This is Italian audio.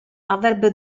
avrebbe